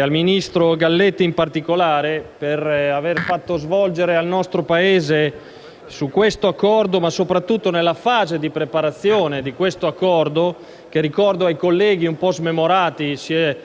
al ministro Galletti, per avere fatto svolgere al nostro Paese soprattutto nella fase di preparazione di questo Accordo, che ricordo ai colleghi un po' smemorati si è